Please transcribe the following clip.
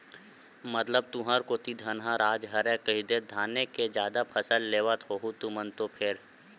मतलब तुंहर कोती धनहा राज हरय कहिदे धाने के जादा फसल लेवत होहू तुमन तो फेर?